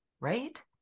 Right